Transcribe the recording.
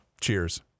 cheers